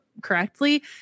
correctly